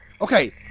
okay